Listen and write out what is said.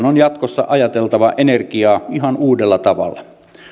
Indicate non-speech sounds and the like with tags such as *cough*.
*unintelligible* on jatkossa ajateltava energiaa ihan uudella tavalla